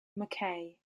mackay